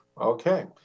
Okay